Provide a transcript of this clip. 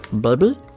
Baby